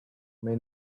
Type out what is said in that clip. may